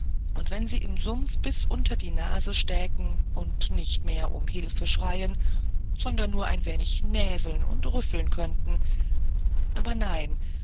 und wenn sie im sumpf bis unter die nase stäken und nicht mehr um hilfe schreien sondern nur ein wenig näseln und rüffeln könnten aber nein